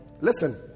listen